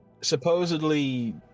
Supposedly